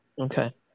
Okay